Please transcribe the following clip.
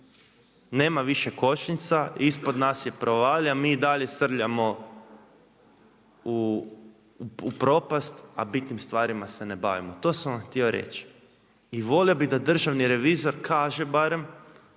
nema više kočnica, ispod nas je provalija mi i dalje srljamo u propast, a bitnim stvarima se ne bavimo. To sam vam htio reći. I volio bi da državni revizor kaže barem